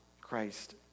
Christ